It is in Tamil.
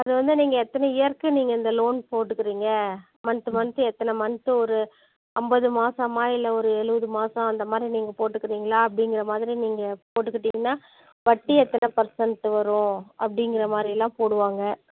அது வந்து நீங்கள் எத்தனை இயர்க்கு நீங்கள் இந்த லோன் போட்டுக்கிறீங்க மன்த்து மன்த்து எத்தனை மன்த்து ஒரு ஐம்பது மாதமா இல்லை ஒரு எழுவது மாதம் அந்த மாதிரி நீங்கள் போட்டுக்கிறீங்களா அப்படிங்குற மாதிரி நீங்கள் போட்டுக்கிட்டிங்னா வட்டி எத்தனை பெர்ஸன்ட்டு வரும் அப்படிங்குற மாதிரில்லாம் போடுவாங்க